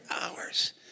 hours